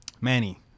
Manny